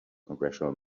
congressional